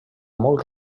molt